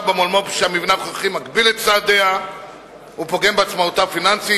במולמו"פ שהמבנה הנוכחי מגביל את צעדיה ופוגם בעצמאותה הפיננסית.